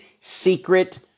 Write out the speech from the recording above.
secret